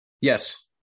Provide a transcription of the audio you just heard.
Yes